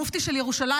המופתי של ירושלים,